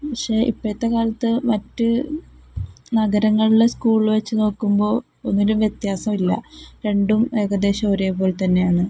പക്ഷേ ഇപ്പോഴത്തെ കാലത്ത് മറ്റ് നഗരങ്ങളിൽ സ്കൂള വെച്ച് നോക്കുമ്പോൾ ഒന്നിനും വ്യത്യാസമില്ല രണ്ടും ഏകദേശം ഒരേ പോലെ തന്നെയാണ്